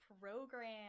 Program